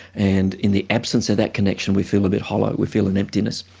and in the absence of that connection we feel a bit hollow, we feel an emptiness.